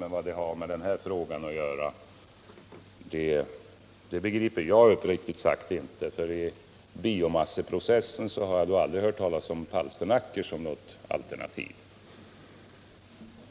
Men vad Olof Palmes bild säger i denna fråga, det begriper jag uppriktigt sagt inte. I fråga om biomasseprocessen har jag aldrig hört talas om palsternackor som något alternativ.